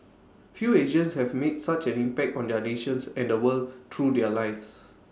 few Asians have made such an impact on their nations and the world through their lives